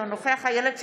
אינו נוכח איילת שקד,